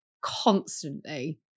constantly